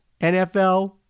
NFL